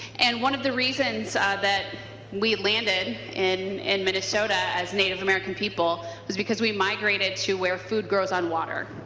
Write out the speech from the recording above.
and one of the reasons that we landed in and minnesota as native american people was because we migrated to where food grows on water.